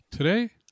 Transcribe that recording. Today